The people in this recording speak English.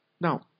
Now